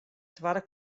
twadde